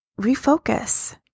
refocus